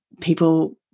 people